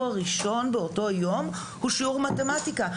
הראשון באותו יום הוא שיעור במתמטיקה,